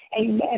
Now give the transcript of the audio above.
amen